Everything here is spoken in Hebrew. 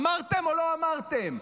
אמרתם או לא אמרתם?